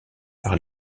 par